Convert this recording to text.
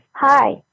Hi